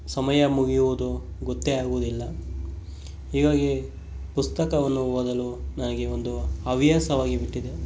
ಸಮಯ ಮುಗಿಯುವುದು ಗೊತ್ತೇ ಆಗುವುದಿಲ್ಲ ಹೀಗಾಗಿ ಪುಸ್ತಕವನ್ನು ಓದಲು ನನಗೆ ಒಂದು ಹವ್ಯಾಸವಾಗಿ ಬಿಟ್ಟಿದೆ